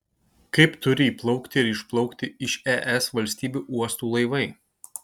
kaip turi įplaukti ir išplaukti iš es valstybių uostų laivai